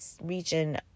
region